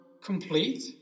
complete